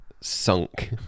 sunk